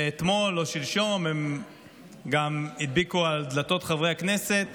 אתמול או שלשום הם גם הדביקו על דלתות חברי הכנסת